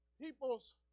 people's